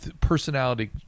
personality